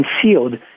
concealed